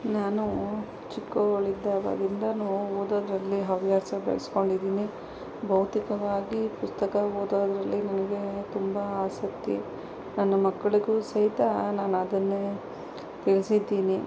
ನಾನು ಚಿಕ್ಕವಳಿದ್ದಾಗದಿಂದಾನು ಓದೋದ್ರಲ್ಲಿ ಹವ್ಯಾಸ ಬೆಳೆಸ್ಕೊಂಡಿದ್ದೀನಿ ಭೌತಿಕವಾಗಿ ಪುಸ್ತಕ ಓದೋದ್ರಲ್ಲಿ ನನಗೆ ತುಂಬ ಆಸಕ್ತಿ ನನ್ನ ಮಕ್ಕಳಿಗೂ ಸಹಿತ ನಾನು ಅದನ್ನೇ ತಿಳಿಸಿದ್ದೀನಿ